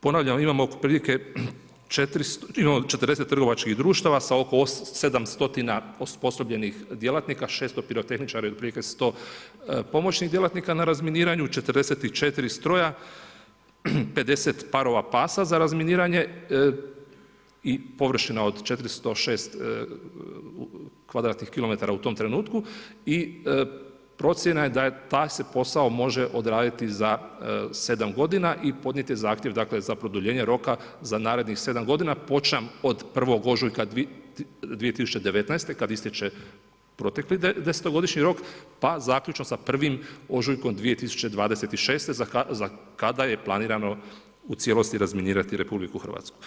Ponavljam, imamo otprilike 40 trgovačkih društava sa oko 700 osposobljenih djelatnika, 600 pirotehničara ili otprilike 100 pomoćnih djelatnika na razminiranju, 44 stroja, 50 parova pasa za razminiranje i površina od 406 kvadratnih kilometara u tom trenutku i procjena je da se taj posao može odraditi za sedam godina i podnijeti zahtjev za produljenje roka za narednih sedam godina, počev od 1. ožujka 2019., kada ističe protekli desetogodišnji rok pa zaključno sa 1. ožujkom 2026. za kada je planirano u cijelosti razminirati RH.